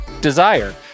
Desire